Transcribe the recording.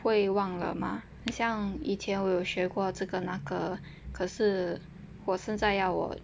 会忘了吗好像以前我有学过这个那个可是我现在要我